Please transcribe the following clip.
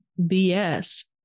BS